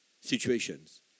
situations